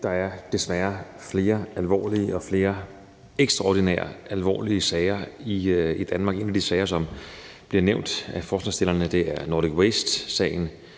der er desværre flere alvorlige og flere ekstraordinært alvorlige sager i Danmark. En af de sager, som bliver nævnt af forslagsstilleren, er Nordic Waste-sagen,